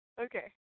Okay